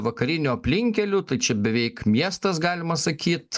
vakariniu aplinkkeliu tai čia beveik miestas galima sakyt